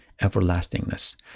everlastingness